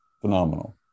Phenomenal